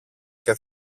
και